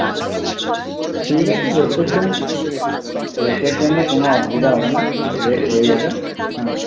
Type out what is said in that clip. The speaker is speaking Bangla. হ্যাঁ ঠিক আছে রেটের জন্যে রেটের জন্যে কোনো অসুবিধা হবে না রেট হয়ে যাবে হ্যাঁ